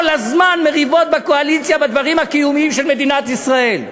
כל הזמן מריבות בקואליציה בדברים הקיומיים של מדינת ישראל,